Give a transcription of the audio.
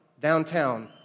downtown